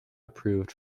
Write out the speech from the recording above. approved